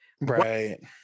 Right